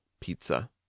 pizza